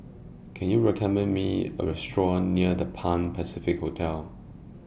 Can YOU recommend Me A Restaurant near The Pan Pacific Hotel